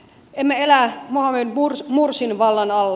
emme elä mohamed mursin vallan alla